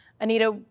Anita